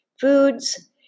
foods